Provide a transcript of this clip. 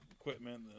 equipment